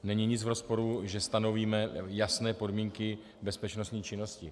Není nic v rozporu, že stanovíme jasné podmínky bezpečnostní činnosti.